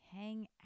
hang